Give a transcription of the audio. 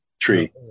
tree